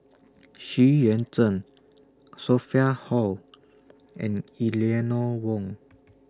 Xu Yuan Zhen Sophia Hull and Eleanor Wong